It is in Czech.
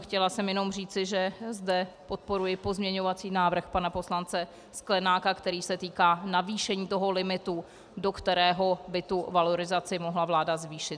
Chtěla jsem jenom říci, že zde podporuji pozměňovací návrh pana poslance Sklenáka, který se týká navýšení limitu, do kterého by tu valorizaci mohla vláda zvýšit.